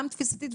גם תפיסתית,